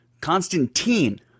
Constantine